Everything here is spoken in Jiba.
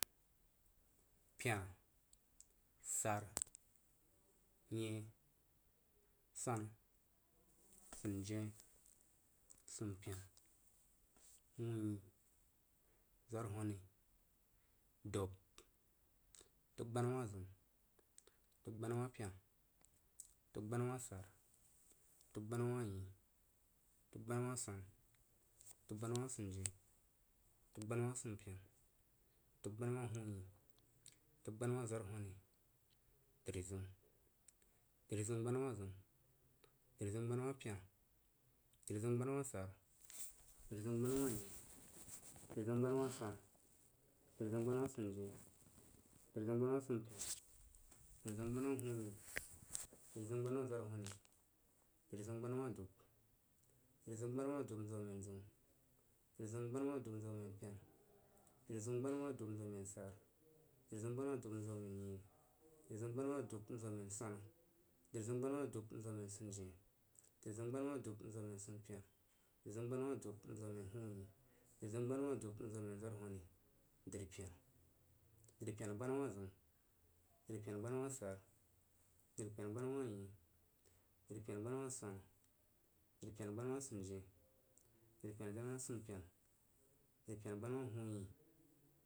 Pena, sara, nyein, swana sundien, sun pena hunyein swarwhoni dub, dub gbanah zəu, dub gbanal wah pena, dub gbanah wah sara dub gbanah wah nyein, dugbanawah gwana, dub gbaganawah sundien dab gbanah wa dumpena, dub gbanawah hanyein, dub gbana wah swawhoni, drizəun drizəun gbanawah zəun drizəun gbanawah pena, drizəun gbanah wah sara, drizəun gbanah wah nyein, dri zəung gbanah wah swana, drizəun gbanawah sunəien dri zəun gbanawah sumpenan drizəung gbanawah hunyein, drizəun gbanawah zwarwhoni, drizəun gbanawah dub drizəun gbanawah dubnzomen zəu, drizəun gbanawah dubnzomen pena, drizəun, gbanawah dub nzomen sara, drizəun, gbanuwah dub nzomen nyein, drizəun gbana wah dub nzomengwana, drizəun gbanawah dubin zomen sundien, drizəun gbanawah dubnzomen sumpena, drizəungbanawah dubnzomenhumyein, drizəun gbanahwahdubnzomen zwarwhoni, dripena, dri penagbanawah zəun, dripena gbana wahpena, dripena gbawah sara dripena gbanawah nyein, dripena ggbanawahgwana, dri penagbam, wah sunjien, dripena gbana wah sumpena dripena gbanahwah hunyein.